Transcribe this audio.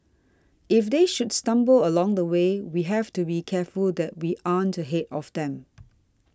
if they should stumble along the way we have to be careful that we aren't ahead of them